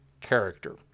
character